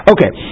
Okay